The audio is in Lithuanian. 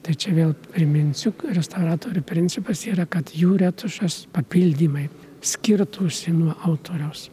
tai čia vėl priminsiu restauratorių principas yra kad jų retušas papildymai skirtųsi nuo autoriaus